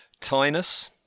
Tynus